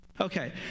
Okay